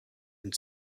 and